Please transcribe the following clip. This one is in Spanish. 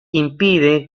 impide